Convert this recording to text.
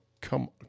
come